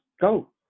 go